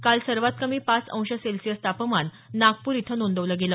काल सर्वात कमी पाच अंश सेल्सिअस तापमान नागपूर इथं नोंदवलं गेलं